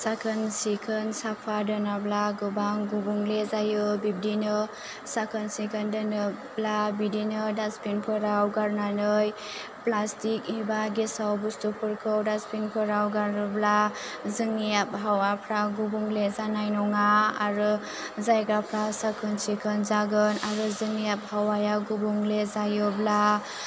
साखोन सिखोन साफा दोनाब्ला गोबां गुबुंले जायो बिबदिनो साखोन सिखोन दोनोब्ला बिदिनो दास्टबिनफोराव गारनानै प्लाष्टिक इबा गेसाव बुस्थुफोरखौ दास्टबिनफोराव गारोब्ला जोंनि आबहावाफ्रा गुबुंले जानाय नङा आरो जायगाफ्रा साखोन सिखोन जागोन आरो जोंनि आबहावाया गुबुंले जायोब्ला